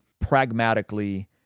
pragmatically